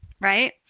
Right